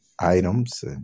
items